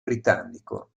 britannico